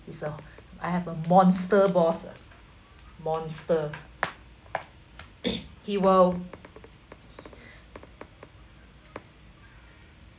it's a I have a monster boss ah monster he will